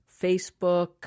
Facebook